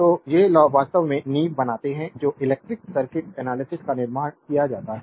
तो ये लॉ वास्तव में नींव बनाते हैं जो इलेक्ट्रिक सर्किट एनालिसिस का निर्माण किया जाता है